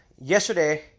yesterday